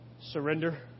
surrender